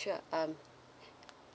sure um